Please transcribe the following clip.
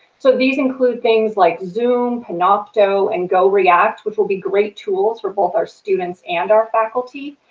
so these include things like zoom, panopto, and goreact, which will be great tools for both our students and our faculty.